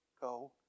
go